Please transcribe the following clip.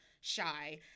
shy